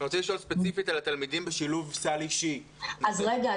אני רוצה לשאול ספציפית על התלמידים בשילוב סל אישי -- אז רגע,